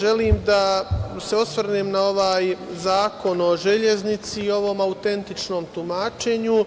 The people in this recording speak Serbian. želim da se osvrnem na ovaj Zakon o železnici i ovom autentičnom tumačenju.